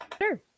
sure